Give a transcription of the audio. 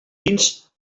vins